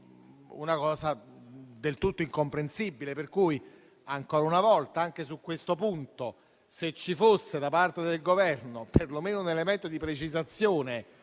una cosa del tutto incomprensibile. Ancora una volta, anche su questo punto, se ci fosse da parte del Governo perlomeno un elemento di precisazione